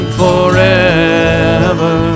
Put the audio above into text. forever